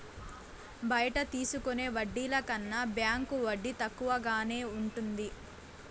బయట తీసుకునే వడ్డీల కన్నా బ్యాంకు వడ్డీ తక్కువగానే ఉంటది